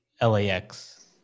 lax